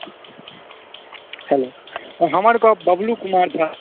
hello हमर गप बबलू कुमार झा